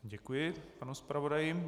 Děkuji panu zpravodaji.